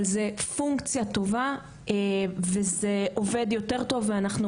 אבל זו פונקציה טובה וזה עובד יותר טוב ואנחנו